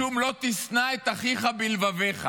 משום לא תשנא את אחיך בלבבך.